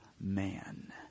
man